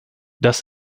das